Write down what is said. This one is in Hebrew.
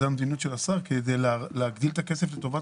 זה המדיניות של השר כדי להגדיל את הכסף לטובת